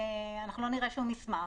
אנחנו לא נראה שום מסמך.